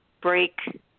break